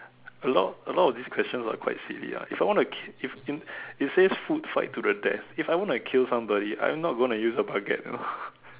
a lot a lot of these questions are quite silly ah if I want to k~ if in it says food fight to the death if I want to kill somebody I'm not gonna use a baguette you know